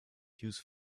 use